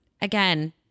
again